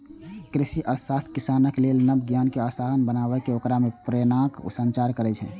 कृषि अर्थशास्त्र किसानक लेल नव ज्ञान कें आसान बनाके ओकरा मे प्रेरणाक संचार करै छै